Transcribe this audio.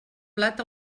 blat